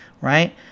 Right